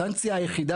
ה"סנקציה" היחידה